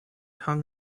hung